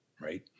right